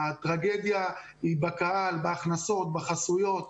הטרגדיה היא בקהל, בהכנסות, בחסויות.